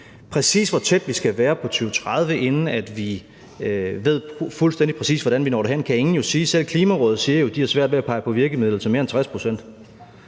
Præcis hvor tæt vi skal være på 2030, inden vi fuldstændig præcis ved, hvordan vi når derhen, kan ingen jo sige. Selv Klimarådet siger jo, at de har svært ved at pege på virkemidler til mere end 60 pct.